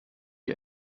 die